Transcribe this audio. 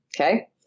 okay